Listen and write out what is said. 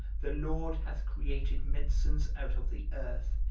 the lord hath created medicines out of the earth,